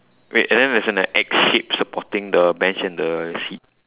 wait and there's an a X shape supporting the bench and the seat